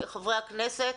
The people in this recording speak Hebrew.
חברי הכנסת,